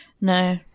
No